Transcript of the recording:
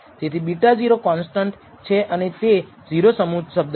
તેથી β0 કોનસ્ટંટ છે અને તે o સમૂહ શબ્દ છે